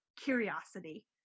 curiosity